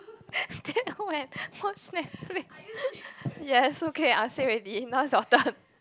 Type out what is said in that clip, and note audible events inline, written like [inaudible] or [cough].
[laughs] stay at home and watch Netflix yes okay I say already now is your turn